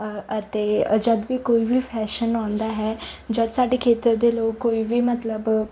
ਅਤੇ ਜਦੋਂ ਵੀ ਕੋਈ ਵੀ ਆਉਂਦਾ ਹੈ ਜਦੋਂ ਸਾਡੇ ਖੇਤਰ ਦੇ ਲੋਕ ਕੋਈ ਵੀ ਮਤਲਬ